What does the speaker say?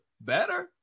better